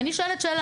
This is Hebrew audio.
ואני שואלת שאלה.